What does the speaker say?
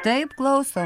taip klauso